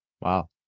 Wow